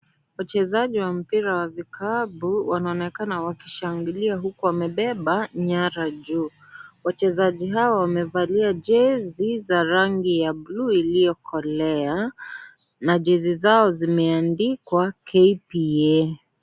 Wachezaji wa mpira wa vikapu, wanaonekana wakishangilia huku wamebeba nyara juu. Wachezaji hawa, wamevalia jezi za rangi ya buluu iliyokolea na jezi zao zimeandikwa KPA.